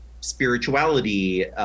spirituality